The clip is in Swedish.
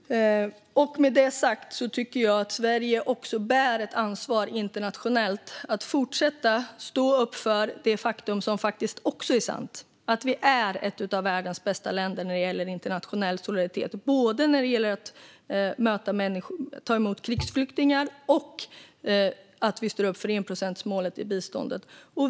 Med detta sagt bär Sverige ett ansvar internationellt att fortsätta stå upp för det faktum som också är sant, nämligen att vi är ett av världens bästa länder när det gäller internationell solidaritet. Det gäller både att ta emot krigsflyktingar och att stå upp för enprocentsmålet i biståndet.